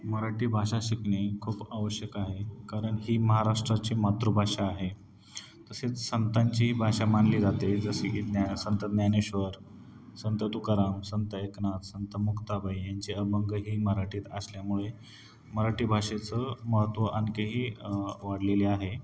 मराठी भाषा शिकणे खूप आवश्यक आहे कारण ही महाराष्ट्राची मातृभाषा आहे तसेच संतांची भाषा मानली जाते जसे की ज्ञ संत ज्ञानेश्वर संत तुकाराम संत एकनाथ संत मुक्ताबाई यांचे अभंग हे मराठीत असल्यामुळे मराठी भाषेचं महत्त्व आणखीही वाढलेले आहे